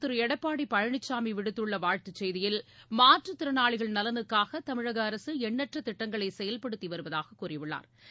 திருளடப்பாடிபழனிசாமி விடுத்துள்ளவாழ்த்துச் செய்தியில் மாற்றுத்திறனாளிகள் முதலமைச்சா் நலனுக்காகதமிழகஅரசுஎண்ணற்றதிட்டங்களைசெயல்படுத்திவருவதாககூறியுள்ளாா்